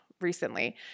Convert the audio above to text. recently